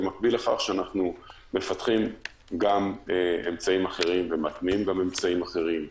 במקביל לכך שאנחנו מפתחים גם אמצעים אחרים ומטמיעים אמצעים אחרים,